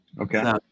Okay